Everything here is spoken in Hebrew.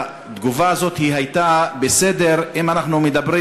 התגובה הזאת הייתה בסדר אם אנחנו מדברים